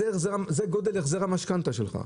זה גודל החזר המשכנתא שלך.